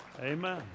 Amen